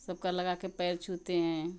सबका लगाके पैर छूते हैं